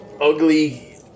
ugly